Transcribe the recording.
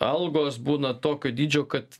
algos būna tokio dydžio kad